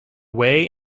way